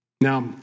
Now